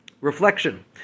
reflection